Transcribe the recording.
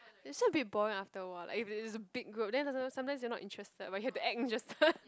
that's why a bit boring after awhile like if it's a big group then also sometimes you are not interested but you have to act interested